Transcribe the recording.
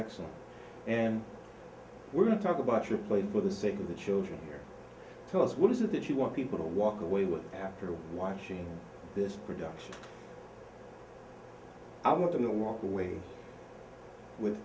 excellent and we're going to talk about your play for the sake of the children here because what is it that you want people to walk away with after watching this production i want to know walk away with